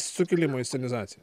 sukilimo inscenizacija